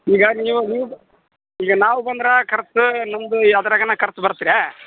ಈಗ ನೀವು ನೀವು ಈಗ ನಾವು ಬಂದ್ರ ಖರ್ಚ್ ನಮ್ದ ಯಾವ್ದ್ರಗನ ಖರ್ಚ್ ಬರತ್ರ್ಯ